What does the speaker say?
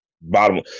bottom